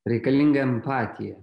reikalinga empatija